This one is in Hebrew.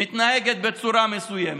היא מתנהגת בצורה מסוימת,